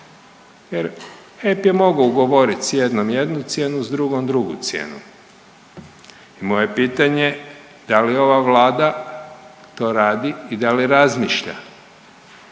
jer HEP je mogao ugovoriti sa jednom jednu cijenu, sa drugom drugu cijenu. Moje je pitanje da li ova Vlada to radi i da li razmišlja?